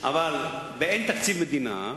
באין תקציב מדינה,